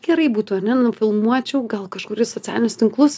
gerai būtų ar ne nufilmuočiau gal kažkur į socialinius tinklus